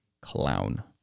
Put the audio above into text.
Clown